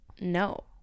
No